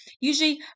usually